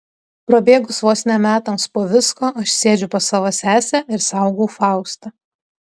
prabėgus vos ne metams po visko aš sėdžiu pas savo sesę ir saugau faustą